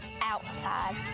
outside